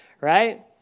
right